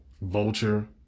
Vulture